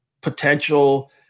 potential